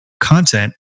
content